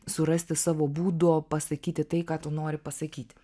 surasti savo būdo pasakyti tai ką tu nori pasakyti